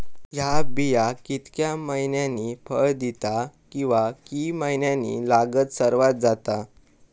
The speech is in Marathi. हया बिया कितक्या मैन्यानी फळ दिता कीवा की मैन्यानी लागाक सर्वात जाता?